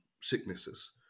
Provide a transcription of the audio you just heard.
sicknesses